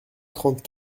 trente